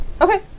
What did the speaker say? Okay